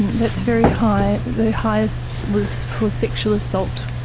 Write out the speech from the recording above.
that's very high, the highest was for sexual assault.